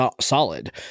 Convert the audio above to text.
solid